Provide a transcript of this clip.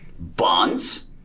bonds